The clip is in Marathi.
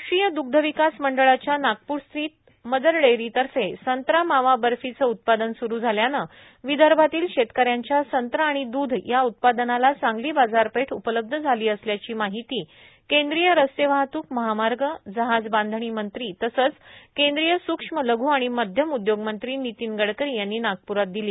राष्ट्रीय दुग्धविकास मंडळाच्या नागपूरस्थित मदरडेअरीतर्फे संत्रा मावा बर्फीचे उत्पादन सुरु झाल्याने विदर्भातील शेतकऱ्यांच्या संत्रा आणि दूध या उत्पादनाला चांगली बाजारपेठ उपलब्ध झाली असल्याची माहिती केंद्रीय रस्ते वाहतूकए महामार्ग जहाज बांधणी मंत्री तसेच केंद्रीय सूक्ष्मए लघू आणि मध्यम उद्योग मंत्री नितीन गडकरी यांनी नागप्रात दिली